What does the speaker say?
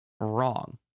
wrong